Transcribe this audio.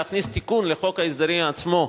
להכניס תיקון לחוק ההסדרים עצמו,